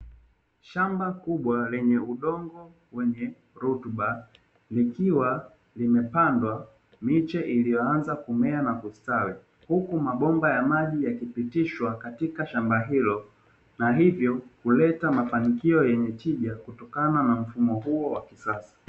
Shamba kubwa lenye udongo kwenye rutubar nikiwa ni mepandwa miche iliyoanza kumea na kustawi huku mabomba ya maji ya kipitishwa katika shamba hilo na hivyo kuleta mafanikio yenye tija kutokana na mfumo huo wa kisasa.